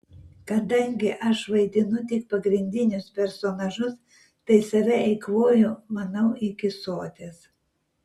kadangi aš vaidinu tik pagrindinius personažus tai save eikvoju manau iki soties